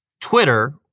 Twitter